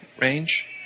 range